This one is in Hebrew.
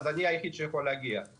אני היחיד שיכול לעשות זאת.